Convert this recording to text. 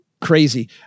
Crazy